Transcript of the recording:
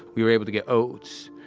we were able to get oats.